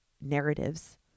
narratives